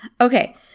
Okay